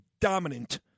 dominant